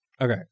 Okay